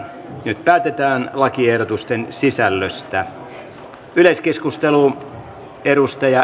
nyt päätetään lakiehdotusten sisällöstä